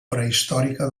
prehistòrica